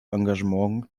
engagement